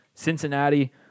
Cincinnati